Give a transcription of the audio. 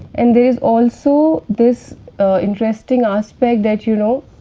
and there is also this interesting aspect that you know,